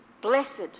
Blessed